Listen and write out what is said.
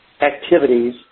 activities